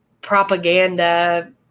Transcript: propaganda